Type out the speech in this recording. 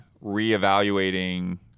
re-evaluating